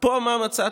פה מה מצאתי?